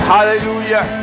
Hallelujah